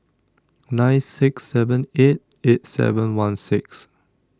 nine six seven eight eight seven one six